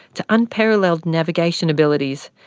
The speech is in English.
to unparalleled navigation abilities,